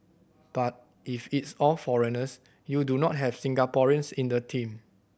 but if it's all foreigners you do not have Singaporeans in the team